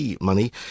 money